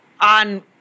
on